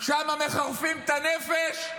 שם מחרפים את הנפש,